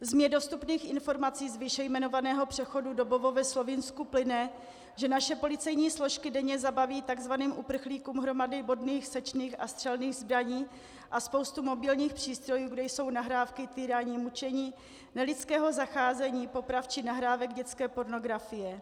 Z mně dostupných informací z výše jmenovaného přechodu Dobovo ve Slovinsku plyne, že naše policejní složky denně zabaví tzv. uprchlíkům hromady bodných, sečných a střelných zbraní a spoustu mobilních přístrojů, kde jsou nahrávky týrání, mučení, nelidského zacházení, popravčí, nahrávek dětské pornografie.